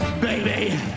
baby